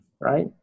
right